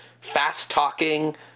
fast-talking